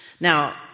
Now